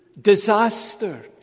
disaster